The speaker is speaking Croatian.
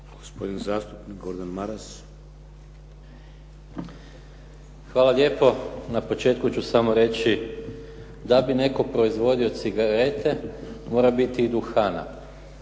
**Maras, Gordan (SDP)** Hvala lijepo. Na početku ću samo reći, da bi netko proizvodio cigarete mora biti i duhana